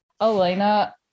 Elena